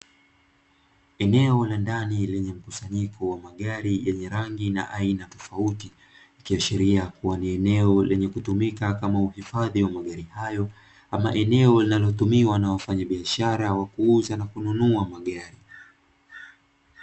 Eneo la ndani yenye mkusanyiko wa magari yenye rangi na aina tofauti, ikiashiria kuwa ni eneo lenye kutumika kama uhifadhi wa magari hayo, ama eneo linalotumiwa na wafanyabiashara wa kuuza na kununua magari.